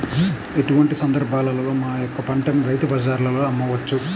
ఎటువంటి సందర్బాలలో మా యొక్క పంటని రైతు బజార్లలో అమ్మవచ్చు?